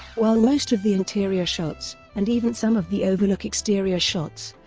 while most of the interior shots, and even some of the overlook exterior shots,